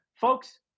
folks